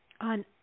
on